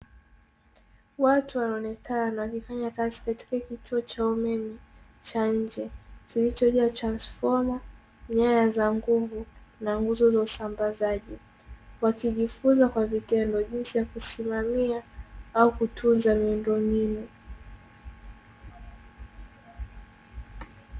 Watu wanaonekana wakifanya kazi katika kituo cha umeme cha njee, kilichojaa transifoma, nyaya za ngungu na nguzo za usambazaji. Wakijifunza kwa vitendo jinsi ya kusimamia au kutunza miundombinu.